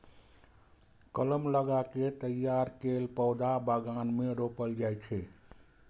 कलम लगा कें तैयार कैल पौधा बगान मे रोपल जाइ छै